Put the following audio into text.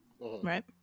Right